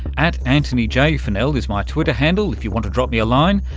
at antonyjfunnell is my twitter handle if you want to drop me a line.